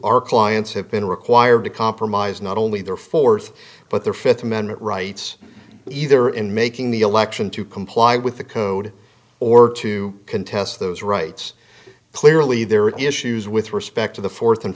our clients have been required to compromise not only their fourth but their fifth amendment rights either in making the election to comply with the code or to contest those rights clearly there is shoes with respect to the fourth